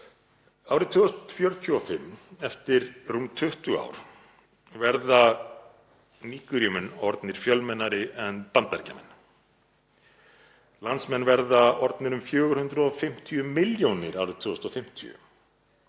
Árið 2045, eftir rúm 20 ár, verða Nígeríumenn orðnir fjölmennari en Bandaríkjamenn. Landsmenn verða orðnir um 450 milljónir árið 2050